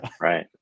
Right